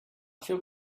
feel